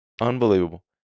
Unbelievable